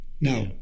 Now